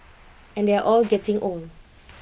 and they're all getting old